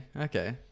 okay